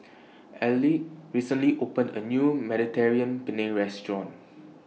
Elige recently opened A New Mediterranean Penne Restaurant